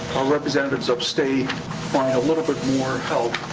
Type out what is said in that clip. our representatives upstate find a little bit more help,